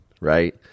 right